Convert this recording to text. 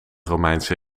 romeinse